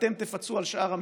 ואתם תפצו על שאר המשרה.